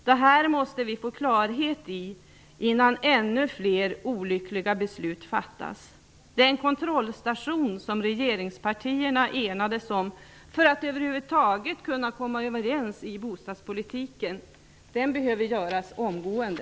Detta måste vi få klarhet i innan ännu fler olyckliga beslut fattas. Den kontrollstation som regeringspartierna enades om för att över huvud taget kunna komma överens i bostadspolitiken behöver införas omgående.